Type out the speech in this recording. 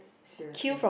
seriously